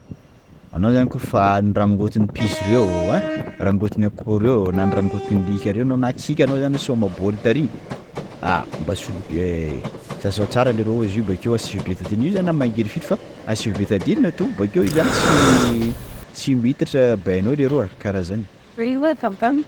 Anao zany kôfa norangotin'ny piso reo ein! rangotin'ny akoho reo na norangotin'ny alika reo na kiaka anao zany nisôma bôly tary, mba asio, sasao tsara leroa, bakeo asio betadine io zany na mangirifiry fa, asio betadine to, bakeo io zany tsy, tsy mihitatra bainao leroa kara zany